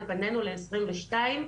ופנינו ל-2022,